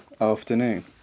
afternoon